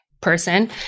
person